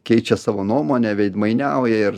keičia savo nuomonę veidmainiauja ir